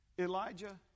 Elijah